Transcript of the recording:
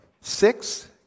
Six